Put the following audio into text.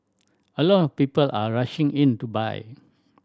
a lot of people are rushing in to buy